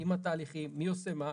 עם התהליכים מי עושה מה.